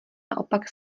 naopak